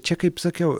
čia kaip sakiau